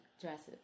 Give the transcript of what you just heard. dresses